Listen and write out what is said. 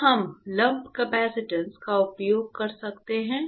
क्या हम lump capacitance का उपयोग कर सकते हैं